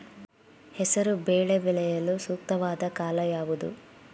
ಹೆಸರು ಬೇಳೆ ಬೆಳೆಯಲು ಸೂಕ್ತವಾದ ಕಾಲ ಯಾವುದು?